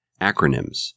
Acronyms